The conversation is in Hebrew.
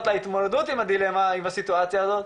להתמודדות עם הדילמה עם הסיטואציה הזאת,